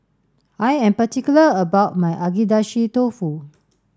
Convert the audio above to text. I am particular about my Agedashi dofu